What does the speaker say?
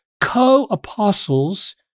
co-apostles